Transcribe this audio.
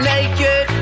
Naked